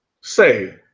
say